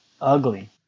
ugly